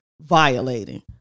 violating